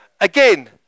Again